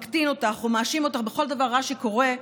מקטין אותך או מאשים אותך בכל דבר רע שקורה,